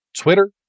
Twitter